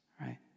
right